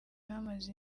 hamaze